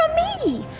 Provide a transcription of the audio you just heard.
me?